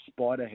Spiderhead